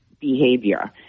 behavior